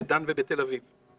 בדן ובתל אביב.